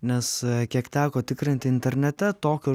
nes kiek teko tikrinti internete tokio žmogaus nėra